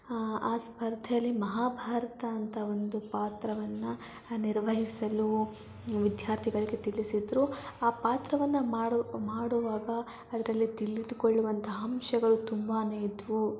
ಆ ಸ್ಪರ್ಧೆಯಲ್ಲಿ ಮಹಾಭಾರತ ಅಂತ ಒಂದು ಪಾತ್ರವನ್ನು ನಿರ್ವಹಿಸಲು ವಿದ್ಯಾರ್ಥಿಗಳಿಗೆ ತಿಳಿಸಿದ್ದರು ಆ ಪಾತ್ರವನ್ನು ಮಾಡು ಮಾಡುವಾಗ ಅದರಲ್ಲಿ ತಿಳಿದುಕೊಳ್ಳುವಂಥ ಅಂಶಗಳು ತುಂಬಾ ಇದ್ದವು